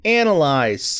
analyze